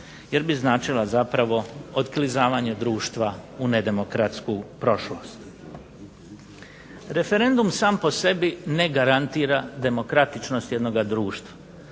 jer bi značila zapravo otklizavanje društva u nedemokratsku prošlost. Referendum sam po sebi ne garantira demokratičnost jednoga društva.